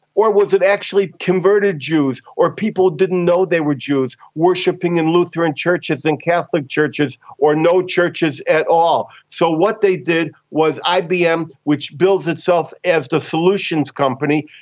or was it actually converted jews, or people who didn't know they were jews, worshipping in lutheran churches and catholic churches or no churches at all? so what they did was ibm, which bills itself as the solutions company,